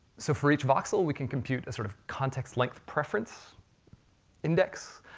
so for each voxel, we can compute a sort of context length preference index.